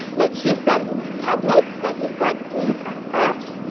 like he said in public, that he got d's and f's,